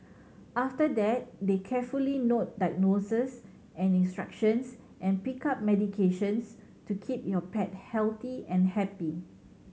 after that they carefully note diagnoses and instructions and pick up medications to keep your pet healthy and happy